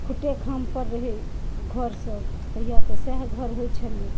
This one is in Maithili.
खूट्टे खान पर रहै घर सब तहिया तऽ सएह घर होइ छलै